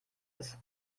ist